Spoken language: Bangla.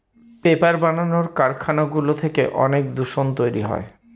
পেপার বানানোর কারখানাগুলো থেকে অনেক দূষণ তৈরী হয়